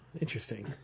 interesting